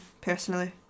personally